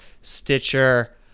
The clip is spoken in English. stitcher